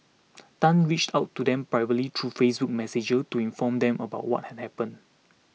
Tan reached out to them privately through Facebook Messenger to inform them about what had happened